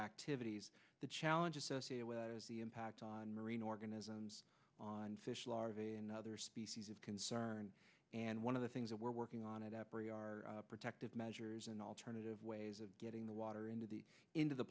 activities the challenge associated with the impact on marine organisms on fish larvae another species of concern and one of the things that we're working on it every are protective measures and alternative ways of getting the water into the into the